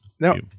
Now